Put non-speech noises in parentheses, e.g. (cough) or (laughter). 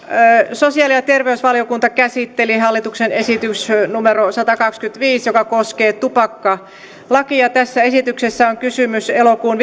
sosiaali ja terveysvaliokunta käsitteli hallituksen esitystä numero satakaksikymmentäviisi joka koskee tupakkalakia tässä esityksessä on kysymys elokuun (unintelligible)